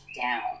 down